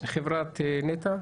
חברת נת"ע.